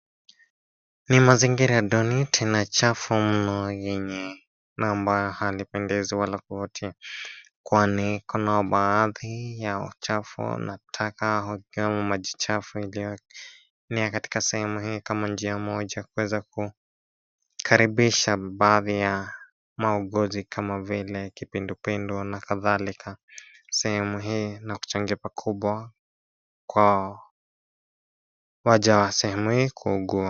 Ni mazingira duni tena chafu mno yenye na ambayo halipendezi wala kuvutia kwani kuna baadhi ya uchafu na taka huku ikiwemo maji chafu iliyoenea katika sehemu hii kama njia moja kuweza kukaribisha baadhi ya mauguzi kama vile kipindupindu na kadhalika. Sehemu hii na kuchangia pakubwa kwa waja wa sehemu hii kuugua.